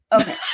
okay